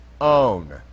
own